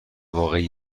واقعی